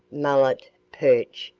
mullet, perch,